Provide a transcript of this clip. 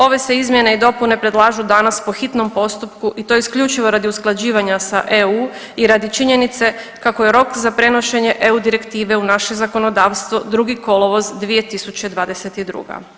Ove se izmjene i dopune predlažu danas po hitnom postupku i to isključivo radi usklađivanja sa EU i radi činjenice kako je rok za prenošenje EU direktive u naše zakonodavstvo 2. kolovoz 2022.